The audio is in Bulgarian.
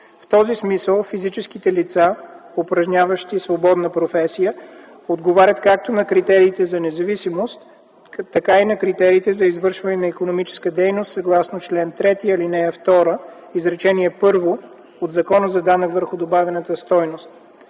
В този смисъл физическите лица, упражняващи свободна професия, отговарят както на критериите за независимост, така и на критериите за извършване на икономическа дейност съгласно чл. 3, ал. 2, изречение първо от Закона за данък върху добавената стойност.